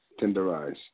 Tenderize